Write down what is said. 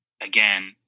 again